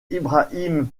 ibrahim